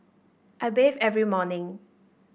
I bathe every morning